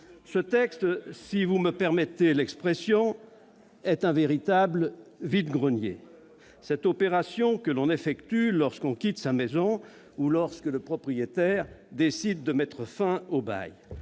Ce texte, si vous me permettez l'expression, est un véritable « vide-grenier »- cette opération que l'on effectue lorsque l'on quitte sa maison ou lorsque le propriétaire décide de mettre fin au bail.